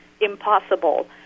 impossible